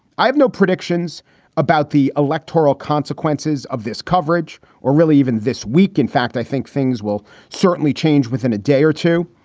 i have no predictions about the electoral consequences of this coverage or really even this week. in fact, i think things will certainly change within a day or two.